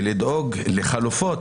ולדאוג לחלופות,